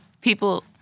people